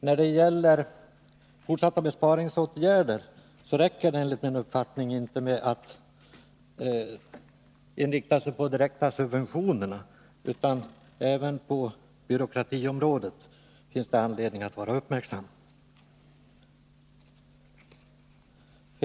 När det gäller fortsatta besparingsåtgärder räcker det enligt min uppfattning inte med att inrikta sig på de direkta subventionerna, utan man måste även vara uppmärksam på byråkratin.